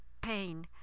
pain